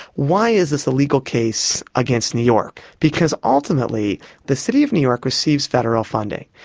why is this a legal case against new york? because ultimately the city of new york receives federal funding,